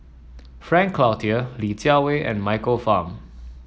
Frank Cloutier Li Jiawei and Michael Fam